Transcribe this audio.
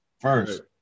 first